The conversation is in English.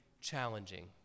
challenging